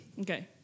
Okay